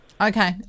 Okay